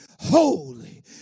holy